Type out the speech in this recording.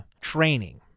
training